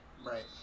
Right